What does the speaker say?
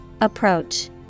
Approach